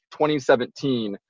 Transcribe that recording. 2017